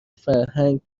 فرهنگ